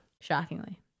Shockingly